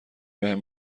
بهم